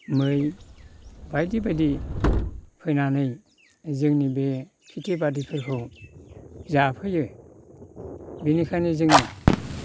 मै बायदि बायदि फैनानै जोंनि बे खेटि बायदिफोरखौ जाफैयो बेनिखायनो जोङो